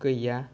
गैया